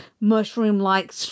mushroom-like